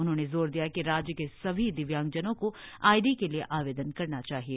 उन्होंने जोर दिया कि राज्य के सभी दिव्यांगजनों को आई डी के लिए आवेदन करना चाहिए